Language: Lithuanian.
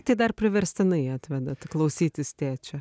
tai dar priverstinai atvedat klausytis tėčio